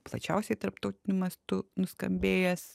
plačiausiai tarptautiniu mastu nuskambėjęs